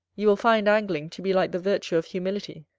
you will find angling to be like the virtue of humility,